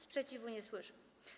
Sprzeciwu nie słyszę.